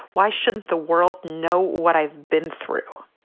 why shouldn't the world know what i've been through?